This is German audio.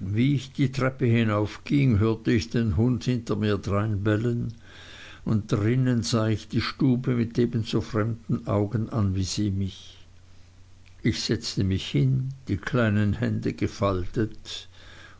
wie ich die treppe hinaufging hörte ich den hund hinter mir dreinbellen und drinnen sah ich die stube mit ebenso fremden augen an wie sie mich ich setzte mich hin die kleinen hände gefaltet